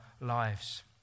lives